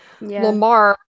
Lamar